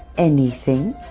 anything,